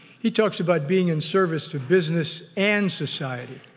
he talks about being in service to business and society.